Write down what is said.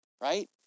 right